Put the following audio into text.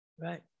right